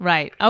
Right